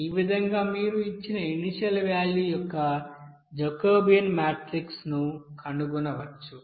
ఈ విధంగా మీరు ఇచ్చిన ఇనీషియల్ వ్యాల్యూ యొక్క జాకోబియన్ మాట్రిక్ ను కనుగొనవచ్చు